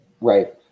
right